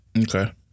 Okay